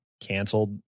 canceled